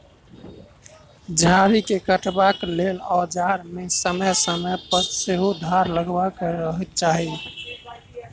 झाड़ी के काटबाक लेल औजार मे समय समय पर धार सेहो लगबैत रहबाक चाही